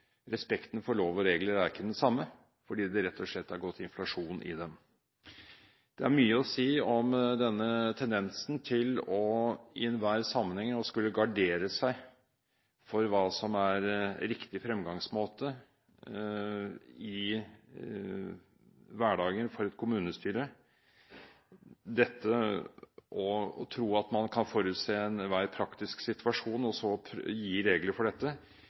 respekten for lover og regler ikke er den samme, fordi det rett og slett er gått inflasjon i dem. Det er mye å si om denne tendensen til i enhver sammenheng å skulle gardere seg mot hva som er riktig fremgangsmåte i hverdagen for et kommunestyre. Det å tro at man kan forutse enhver praktisk situasjon og så gi regler for